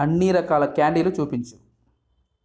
అన్ని రకాల క్యాండీలు చూపించు